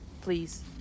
please